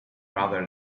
rather